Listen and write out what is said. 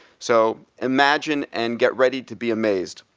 so imagine, and get ready to be amazed.